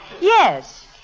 Yes